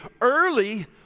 early